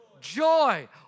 Joy